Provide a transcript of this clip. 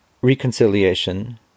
Reconciliation